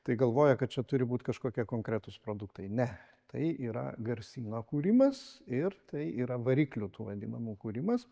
tai galvoja kad čia turi būt kažkokie konkretūs produktai ne tai yra garsyno kūrimas ir tai yra variklių tų vadinamų kūrimas